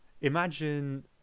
Imagine